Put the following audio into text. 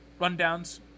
rundowns